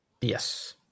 Yes